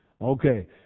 Okay